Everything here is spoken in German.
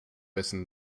wessen